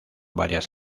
varias